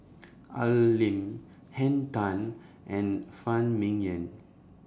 Al Lim Henn Tan and Phan Ming Yen